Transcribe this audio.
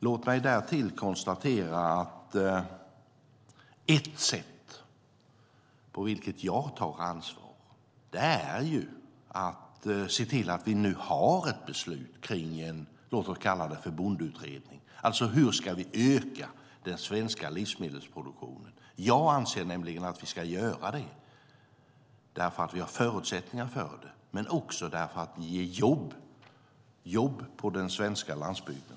Låt mig därtill konstatera att ett sätt på vilket jag tar ansvar är att se till att vi nu har ett beslut om en låt oss kalla det bondeutredning, alltså hur vi ska öka den svenska livsmedelsproduktionen. Jag anser nämligen att vi ska göra det eftersom vi har förutsättningar för det men också för att det ger jobb på den svenska landsbygden.